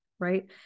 Right